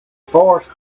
forest